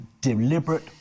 deliberate